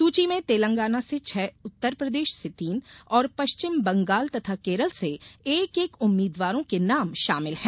सूची में तेलंगाना से छह उत्तरप्रदेश से तीन और पश्चिम बंगाल तथा केरल से एक एक उम्मीदवारों के नाम शामिल हैं